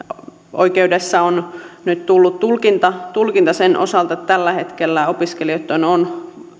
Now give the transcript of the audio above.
oikeudesta on nyt tullut tulkinta tulkinta sen osalta tällä hetkellä opiskelijoitten on